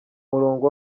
murongo